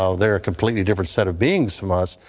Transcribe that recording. ah they're a completely different set of beings from us.